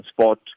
sport